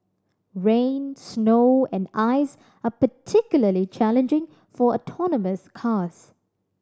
rain snow and ice are particularly challenging for autonomous cars